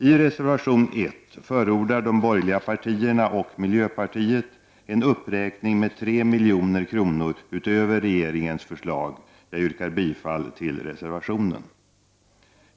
I reservation 1 förordar de borgerliga partierna och miljöpartiet en uppräkning med 3 milj.kr. utöver regeringens förslag. Jag yrkar bifall till reservationen.